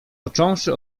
począwszy